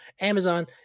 Amazon